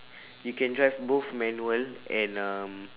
you can drive both manual and um